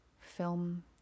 film